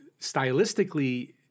stylistically